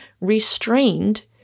restrained